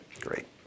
Great